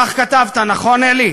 כך כתבת, נכון, אלי?